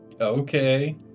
okay